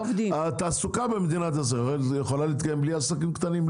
התעסוקה במדינת ישראל יכולה להתקיים בלי עסקים קטנים?